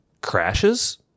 crashes